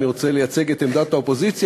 אני רוצה לייצג את עמדת האופוזיציה,